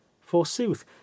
forsooth